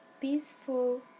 peaceful